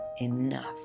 enough